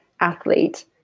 athlete